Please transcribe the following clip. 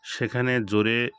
সেখানে জোরে